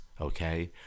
okay